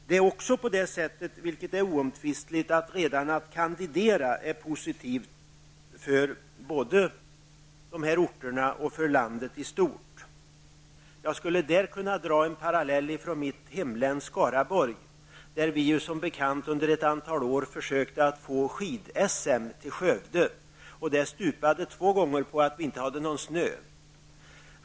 Det är också på det sättet -- och det är oomtvistligt -- att redan detta att kandidera är positivt både för de här orterna och för landet i stort. Där skulle jag kunna dra en parallell från mitt hemlän Skaraborg. Där försökte vi ju, som bekant, under ett antal år att få skid-SM till Skövde. Det stupade två gånger på att vi inte hade någon snö.